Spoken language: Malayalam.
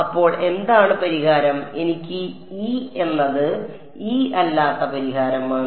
അപ്പോൾ എന്താണ് പരിഹാരം എനിക്ക് E എന്നത് E അല്ലാത്ത പരിഹാരമാണ്